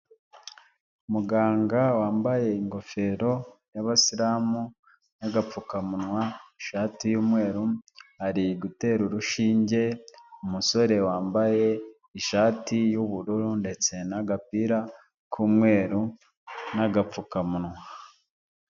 Muganga wambaye ingofero y' abasilamu n’ agapfukamunwa, ishati y’ umweru, ari gutera urushinge umusore wambaye ishati y'ubururu ndetse n' agapira k' umweru n' agapfukamunwa.